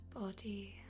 body